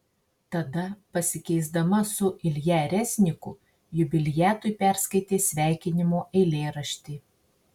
tada pasikeisdama su ilja rezniku jubiliatui perskaitė sveikinimo eilėraštį